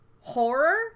horror